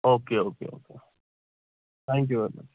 okay okay okay thank you very much